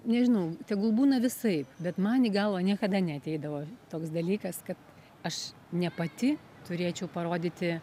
nežinau tegul būna visaip bet man į galvą niekada neateidavo toks dalykas kad aš ne pati turėčiau parodyti